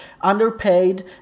underpaid